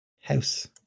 House